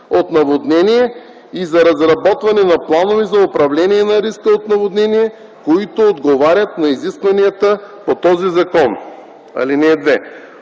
от наводнения и за разработване на планове за управление на риска от наводнения, които отговарят на изискванията на този закон. (2) Оценката